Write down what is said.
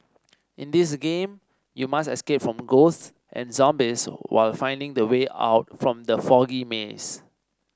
in this game you must escape from ghosts and zombies while finding the way out from the foggy maze